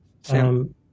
Sam